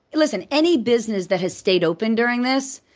listen, any business that has stayed open during this,